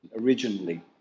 originally